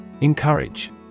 Encourage